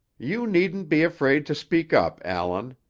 you needn't be afraid to speak up, allan.